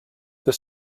that